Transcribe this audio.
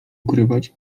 ukrywać